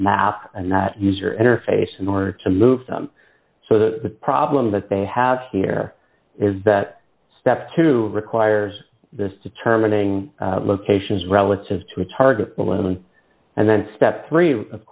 map and not user interface in order to move them so the problem that they have here is that step two requires this determining locations relative to a target balloon and then step three of